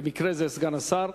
במקרה זה סגן השר,